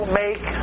make